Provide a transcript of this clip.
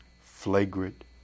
flagrant